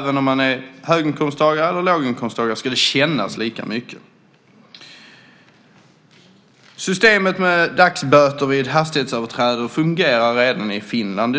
Vare sig man är höginkomsttagare eller låginkomsttagare ska det kännas lika mycket. Systemet med dagsböter vid hastighetsöverträdelse fungerar i dag även i Finland.